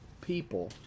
people